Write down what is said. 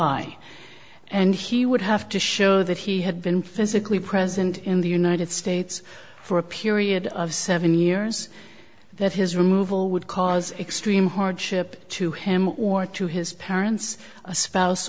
i and he would have to show that he had been physically present in the united states for a period of seven years that his removal would cause extreme hardship to him or to his parents a spouse